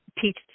teach